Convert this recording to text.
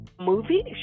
movie